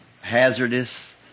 hazardous